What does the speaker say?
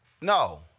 no